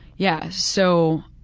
yeah, so,